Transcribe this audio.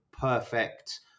perfect